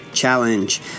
Challenge